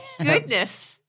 Goodness